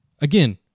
Again